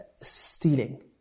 Stealing